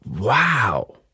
Wow